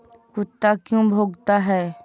कुत्ता क्यों भौंकता है?